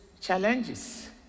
challenges